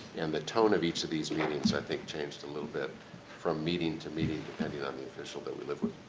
and the tone of each of these meetings, i think changed a little bit from meeting to meeting depending on the official that we met with.